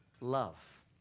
love